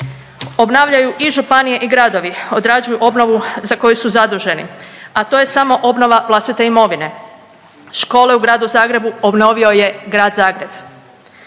Obnavljaju i županije i gradovi odrađuju obnovu za koju su zaduženi, a to je samo obnova vlastite imovine. Škole u gradu Zagrebu obnovio je grad Zagreb.